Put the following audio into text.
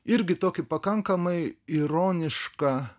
irgi tokį pakankamai ironišką